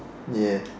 ya